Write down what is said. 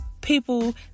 people